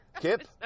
Kip